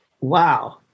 Wow